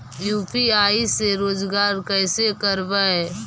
UPI से रोजगार कैसे करबय?